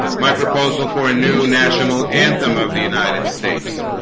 my proposal for a new national anthem of the united states